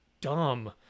dumb